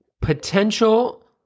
potential